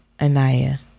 Anaya